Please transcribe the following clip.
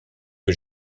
que